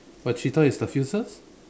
but cheetah is the fiercest